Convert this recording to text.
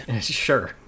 sure